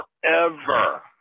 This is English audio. forever